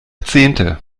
zehnte